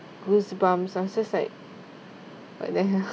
goosebumps I was just like what the hell